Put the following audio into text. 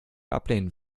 ablehnen